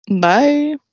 Bye